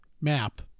map